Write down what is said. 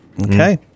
Okay